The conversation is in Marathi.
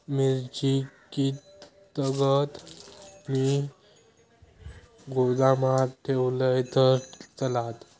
मिरची कीततागत मी गोदामात ठेवलंय तर चालात?